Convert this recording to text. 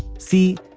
see,